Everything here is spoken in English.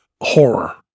horror